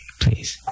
Please